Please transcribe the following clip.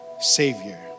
savior